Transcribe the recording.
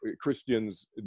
Christians